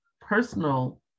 personal